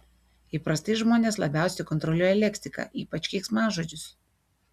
įprastai žmonės labiausiai kontroliuoja leksiką ypač keiksmažodžius